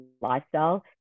lifestyle